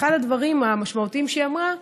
ואחד הדברים המשמעותיים שהיא אמרה,